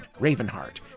Ravenheart